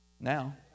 Now